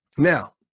Now